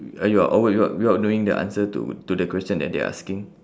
ah you are awkward without without knowing the answer to to the question that they asking